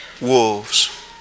wolves